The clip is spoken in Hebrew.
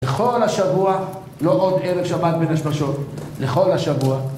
לכל השבוע, לא עוד ערב שבת בין השמשות, לכל השבוע.